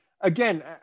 again